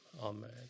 Amen